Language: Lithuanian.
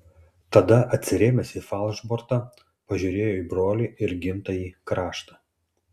tada atsirėmęs į falšbortą pažiūrėjo į brolį ir gimtąjį kraštą